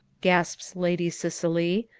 gasps lady cicely.